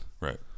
Right